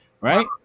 right